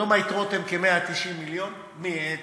היום היתרות הן כ-190 מיליארד,